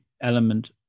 element